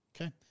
Okay